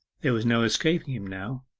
there was no escaping him now.